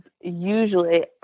usually